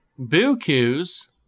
Bukus